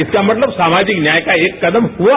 इसका मतलब सामाजिक न्याय का एक कदम हुआ